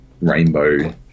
rainbow